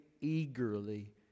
eagerly